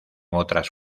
otras